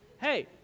Hey